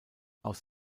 aus